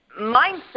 mindset